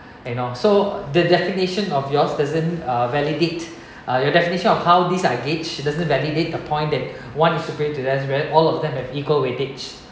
and so the definition of yours doesn't uh validate uh your definition of how these are gauge doesn't validate the point that one is superior to the other where all of them have equal weightage